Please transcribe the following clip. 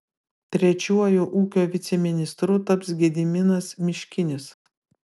trečiuoju ūkio viceministru taps gediminas miškinis